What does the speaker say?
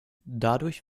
dadurch